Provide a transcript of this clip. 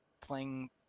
playing